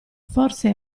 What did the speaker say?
forse